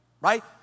right